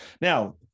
Now